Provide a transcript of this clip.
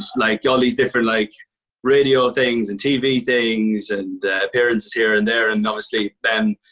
like yeah all these different like radio things and tv things and appearances here and there. and, obviously, then,